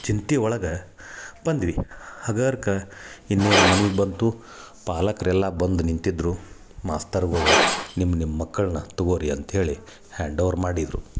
ಚಿಂತೆ ಒಳಗೆ ಬಂದ್ವಿ ಹಗರ್ಕ ಇನ್ನೇನು ಮನಿಗೆ ಬಂತು ಪಾಲಕರೆಲ್ಲ ಬಂದು ನಿಂತಿದ್ದರು ಮಾಸ್ತರ್ಗಳು ನಿಮ್ಮ ನಿಮ್ಮ ಮಕ್ಕಳನ್ನ ತಗೋರಿ ಅಂತೇಳಿ ಹ್ಯಾಂಡ್ ಓವರ್ ಮಾಡಿದ್ದರು